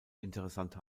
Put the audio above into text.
interessante